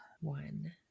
One